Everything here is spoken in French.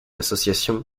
association